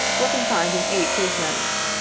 were confined in eight casemates.